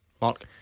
Mark